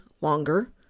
longer